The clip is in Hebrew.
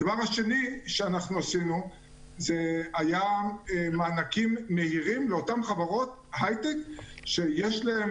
הדבר השני שעשינו היה מענקים מהירים לאותן חברות הייטק שיש להן